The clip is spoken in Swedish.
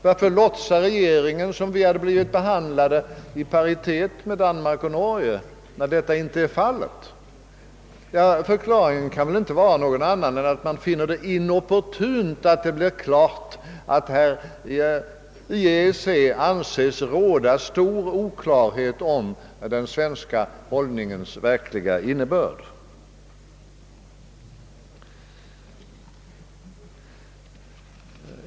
Varför låtsar regeringen som om vi blivit behandlade i paritet med Danmark och Norge när detta inte är fallet? Förklaringen kan väl inte vara någon annan än att det befinns inopportunt att klargöra, att det i EEC anses råda stor oklarhet om den svenska hållningens verkliga innebörd.